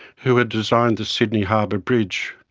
who had designed the sydney harbour bridge,